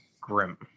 Grim